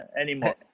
anymore